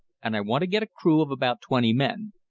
and i want to get a crew of about twenty men.